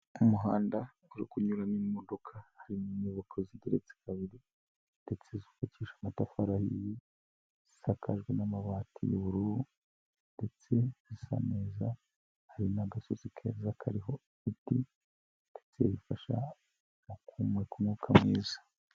Mu muhanda uri kunyuramo imodoka. Harimo inyubako zigeretse kabiri ndetse zubakishije amatafari zisakajwe n'amabati y'ubururu ndetse zisa neza, hari n'agasozi keza kariho ibiti ndetse bifasha mu guhumeka umwuka mwiza.